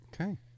okay